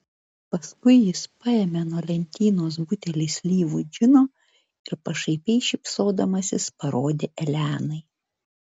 paskui jis paėmė nuo lentynos butelį slyvų džino ir pašaipiai šypsodamasis parodė elenai